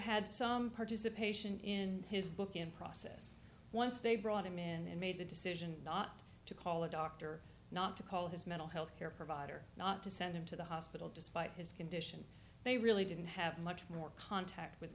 had some participation in his book in process once they brought him in and made the decision not to call a doctor not to call his mental health care provider not to send him to the hospital despite his condition they really didn't have much more contact with